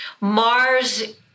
mars